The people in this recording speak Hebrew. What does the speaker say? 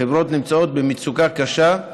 החברות נמצאות במצוקה קשה,